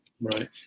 Right